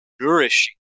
nourishing